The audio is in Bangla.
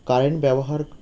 কারেন্ট ব্যবহার